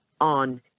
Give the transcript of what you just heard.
on